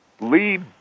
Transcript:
Lee